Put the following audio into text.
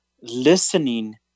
listening